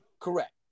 Correct